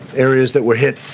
areas that were hit